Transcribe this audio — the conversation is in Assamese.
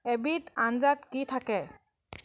এবিধ আঞ্জাত কি থাকে